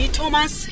Thomas